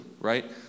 right